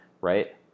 right